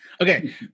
Okay